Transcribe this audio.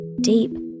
deep